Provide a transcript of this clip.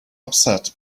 upset